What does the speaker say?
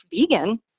vegan